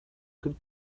could